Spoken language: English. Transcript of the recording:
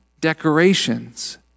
decorations